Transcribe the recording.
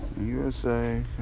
usa